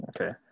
Okay